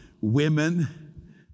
women